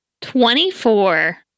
Twenty-four